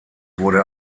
wurde